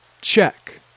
check